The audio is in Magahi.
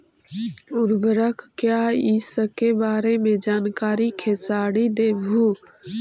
उर्वरक क्या इ सके बारे मे जानकारी खेसारी देबहू?